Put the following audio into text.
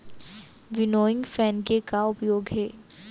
Winnowing fan के का उपयोग हे?